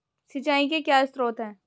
सिंचाई के क्या स्रोत हैं?